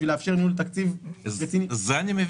בשביל לאפשר ניהול תקציב --- זה אני מבין.